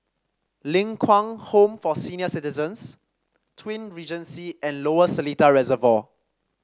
Ling Kwang Home for Senior Citizens Twin Regency and Lower Seletar Reservoir